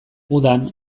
udan